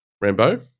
Rambo